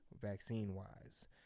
vaccine-wise